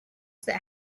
that